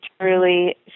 truly